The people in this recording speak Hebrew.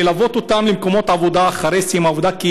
ללוות אותם למקומות העבודה אחרי סיום העבודה,